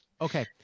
Okay